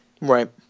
Right